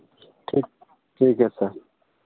ठीक ठीक है सर